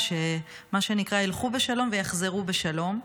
ומה שנקרא ילכו בשלום ויחזרו בשלום.